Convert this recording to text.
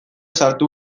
sartu